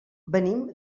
venim